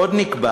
עוד נקבע